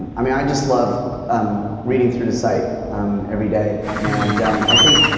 i mean, i just love um reading through the site um every day. and i think,